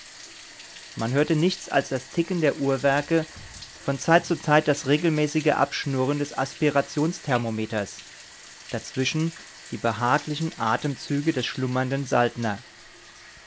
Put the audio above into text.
man hörte nichts als das ticken der uhrwerke von zeit zu zeit das regelmäßige abschnurren des aspirationsthermometers dazwischen die behaglichen atemzüge des schlummernden